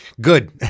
Good